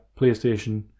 PlayStation